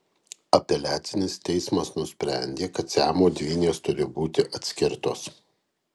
apeliacinis teismas nusprendė kad siamo dvynės turi būti atskirtos